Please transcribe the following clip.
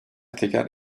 teker